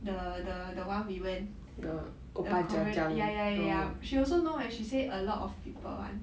the the the one we went the korean ya ya ya ya she also know eh she said a lot of people [one]